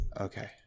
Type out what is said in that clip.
Okay